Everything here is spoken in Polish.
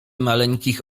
maleńkich